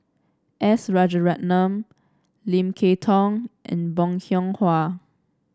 S Rajaratnam Lim Kay Tong and Bong Hiong Hwa